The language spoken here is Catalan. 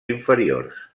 inferiors